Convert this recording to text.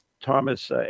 Thomas